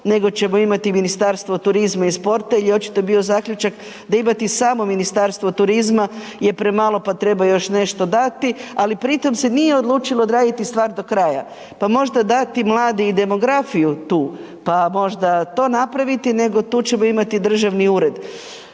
nego ćemo imati Ministarstvo turizma i sporta jer je očito bio zaključak da imati samo Ministarstvo turizma je premalo pa treba još nešto dati, ali pri tom se nije odlučilo odraditi stvar do kraja pa možda dati mladi i demografiju tu, pa možda to napraviti, nego tu ćemo imati državni ured.